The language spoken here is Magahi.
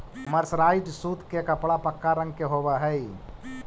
मर्सराइज्ड सूत के कपड़ा पक्का रंग के होवऽ हई